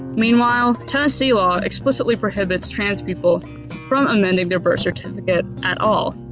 meanwhile tennessee law explicitly prohibits trans people from amending their birth certificate at all.